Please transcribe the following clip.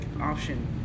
option